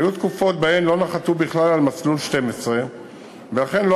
היו תקופות שבהן לא נחתו בכלל על מסלול 12 ולכן לא